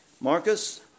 Marcus